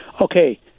Okay